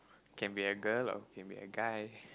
can be a girl or can be a guy